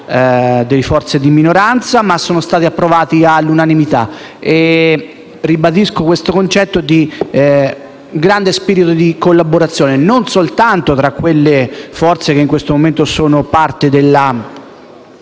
dalle forze di minoranza, ma sono stati approvati all'unanimità. Ribadisco questo concetto, per testimoniare il grande spirito di collaborazione, non soltanto tra le forze che in questo momento sono parte della